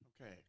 Okay